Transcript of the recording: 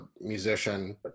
musician